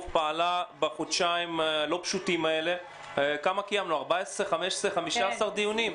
פעלה בחודשיים הלא פשוטים האלה וקיימה 20 דיונים.